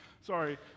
sorry